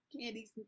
candies